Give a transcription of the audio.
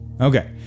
Okay